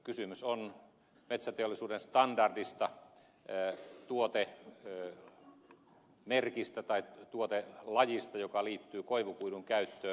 kysymys on metsäteollisuuden standardista tuotemerkistä tai tuotelajista joka liittyy koivukuidun käyttöön